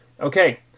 Okay